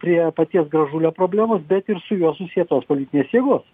prie paties gražulio problemos bet ir su juo susietos politinės jėgos